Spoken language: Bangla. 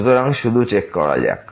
সুতরাং শুধু চেক করা যাক